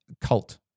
Cult